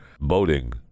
boating